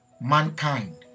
Mankind